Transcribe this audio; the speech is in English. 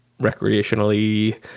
recreationally